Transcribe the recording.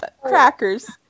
crackers